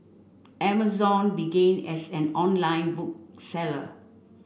Amazon began as an online book seller